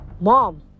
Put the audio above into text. Mom